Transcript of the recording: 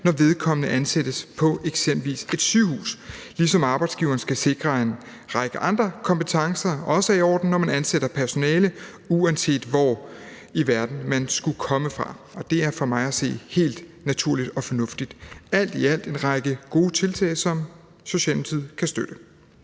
når vedkommende ansættes på eksempelvis et sygehus, ligesom arbejdsgiveren også skal sikre, at en række andre kompetencer er i orden, når man ansætter personale, uanset hvor i verden man måtte komme fra. Og det er for mig at se helt naturligt og fornuftigt. Alt i alt er det en række gode tiltag, som Socialdemokratiet kan støtte.